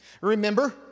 Remember